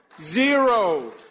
Zero